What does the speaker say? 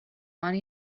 one